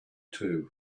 too